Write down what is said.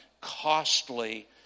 costly